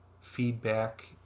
feedback